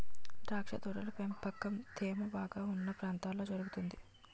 ద్రాక్ష తోటల పెంపకం తేమ బాగా ఉన్న ప్రాంతాల్లో జరుగుతుంది